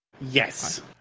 Yes